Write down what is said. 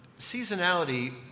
Seasonality